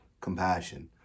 compassion